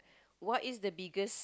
what is the biggest